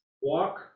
walk